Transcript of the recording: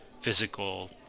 physical